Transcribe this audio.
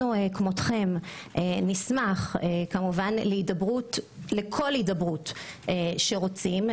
גם אנחנו נשמח לכל הידברות שרוצים,